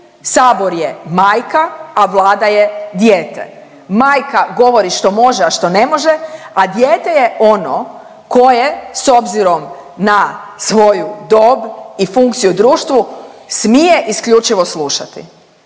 Sabor je majka, a Vlada je dijete. Majka govori što može, a što ne može, a dijete je ono koje, s obzirom na svoju dob i funkciju u društvu, smije isključivo slušati